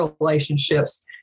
relationships